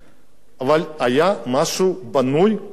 אבל היה משהו בנוי ויפה.